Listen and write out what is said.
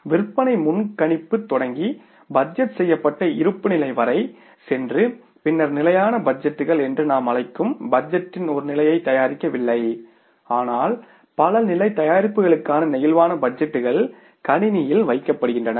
விற்பனை முன்கணிப்பு தொடங்கி பட்ஜெட் செய்யப்பட்ட இருப்புநிலை வரை சென்று பின்னர் நிலையான பட்ஜெட்டுகள் என்று நாம் அழைக்கும் பட்ஜெட்டின் ஒரு நிலையைத் தயாரிக்கவில்லை ஆனால் பல நிலை தயாரிப்புகளுக்கான பிளேக்சிபிள் பட்ஜெட் டுகள் கணினியில் வைக்கப்படுகின்றன